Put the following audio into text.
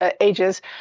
ages